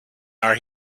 are